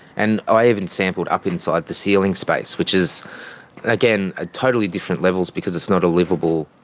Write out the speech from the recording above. and i even sampled up inside the ceiling space which is again a totally different levels because it's not a livable.